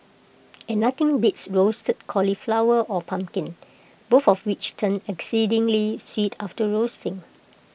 and nothing beats roasted cauliflower or pumpkin both of which turn exceedingly sweet after roasting